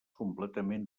completament